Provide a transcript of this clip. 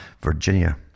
Virginia